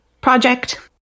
project